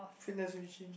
fitness machine